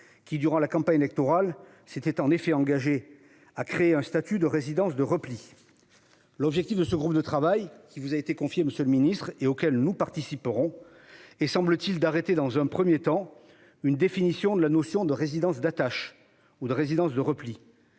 qui, pendant la campagne présidentielle, s'était engagé à créer un statut de résidence de repli. L'objectif de ce groupe de travail, qui vous a été confié, monsieur le ministre, et auquel nous participerons, est d'arrêter dans un premier temps une définition de la notion de résidence d'attache, ou de repli.